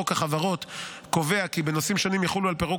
חוק החברות קובע כי בנושאים שונים יחולו על פירוק